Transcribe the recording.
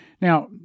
Now